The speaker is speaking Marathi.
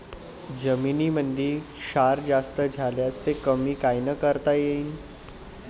जमीनीमंदी क्षार जास्त झाल्यास ते कमी कायनं करता येईन?